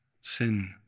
sin